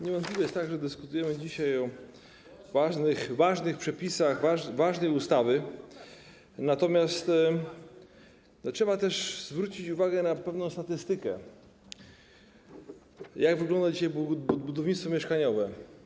Niewątpliwie jest tak, że dyskutujemy dzisiaj o ważnych przepisach ważnej ustawy, natomiast trzeba też zwrócić uwagę na pewną statystykę, jak wygląda dzisiaj budownictwo mieszkaniowe.